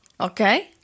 Okay